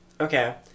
Okay